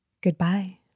Goodbye